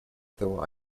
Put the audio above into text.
того